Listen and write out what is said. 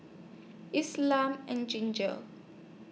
Islam and Ginger